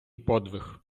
подвиг